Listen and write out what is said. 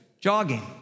jogging